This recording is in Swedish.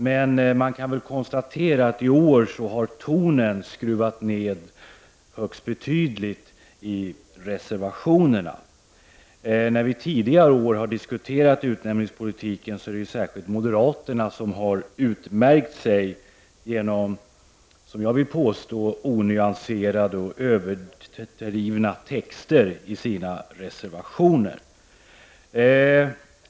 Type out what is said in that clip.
Man kan dock konstatera att tonen har skruvats ned högst betydligt i reservationerna. När vi tidigare år har diskuterat utnämningspolitiken har särskilt moderaterna utmärkt sig genom, som jag vill påstå, onyanserade och överdrivna texter i sina reservationer.